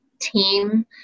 team